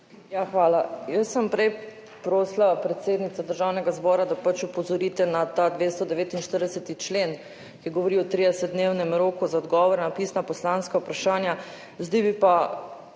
Hvala. Jaz sem prej prosila, predsednica Državnega zbora, da opozorite na ta 249. člen, ki govori o 30-dnevnem roku za odgovor na pisna poslanska vprašanja. Zdaj bi pa